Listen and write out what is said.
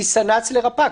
מסנ"צ לרפ"ק,